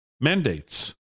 mandates